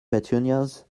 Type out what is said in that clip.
petunias